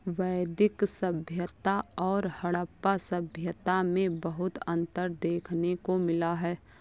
वैदिक सभ्यता और हड़प्पा सभ्यता में बहुत अन्तर देखने को मिला है